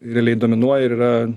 realiai dominuoja ir yra